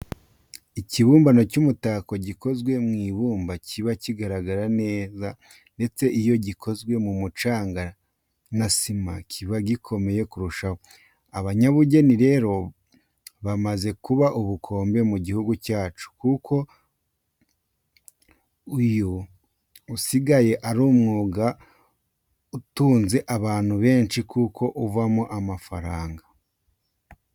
Ikibumbano cy'umutako gikozwe mu ibumba kiba kigaragara neza ndetse iyo gikozwe mu mucanga na sima kiba gikomeye kurushaho. Abanyabugeni rero bamaze kuba ubukombe mu gihugu cyacu kuko uyu usigaye ari umwuga utunze abantu benshi kuko uvamo amafaranga.